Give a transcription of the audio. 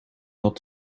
not